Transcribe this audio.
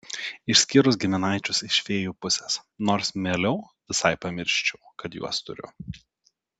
išskyrus giminaičius iš fėjų pusės nors mieliau visai pamirščiau kad juos turiu